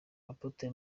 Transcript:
apotre